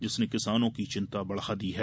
जिसने किसानों की चिन्ता बढ़ा दी है